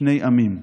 שני עמים.